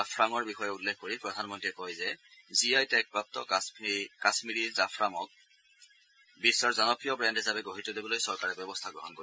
কাশ্মীৰী ছেফ নৰ বিষয়ে উল্লেখ কৰি প্ৰধানমন্ত্ৰীয়ে কয় যে জি আই টেগপ্ৰাপু কাশ্মীৰী ছেফ নক বিশ্বৰ জনপ্ৰিয় ব্ৰেণ্ড হিচাপে গঢ়ি তুলিবলৈ চৰকাৰে ব্যৱস্থা গ্ৰহণ কৰিব